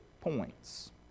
points